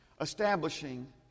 establishing